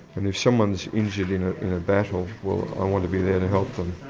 and if someone is injured in a battle, well, i want to be there to help them.